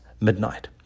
midnight